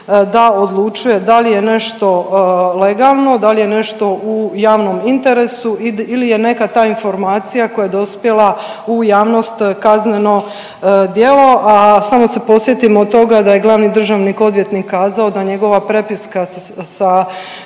da odlučuje da li je nešto legalno, da li je nešto u javnom interesu ili je neka ta informacija koja je dospjela u javnost kazneno djelo. A samo se podsjetimo toga da je glavni državni odvjetnik kazao da njegova prepiska sa